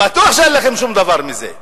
בטוח שאין לכם שום דבר מזה.